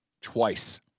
twice